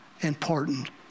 important